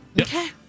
Okay